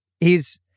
hes